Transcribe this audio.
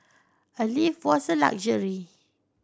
a lift was a luxury